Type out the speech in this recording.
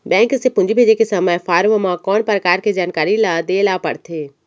Bank से पूंजी भेजे के समय फॉर्म म कौन परकार के जानकारी ल दे ला पड़थे?